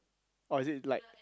or is it like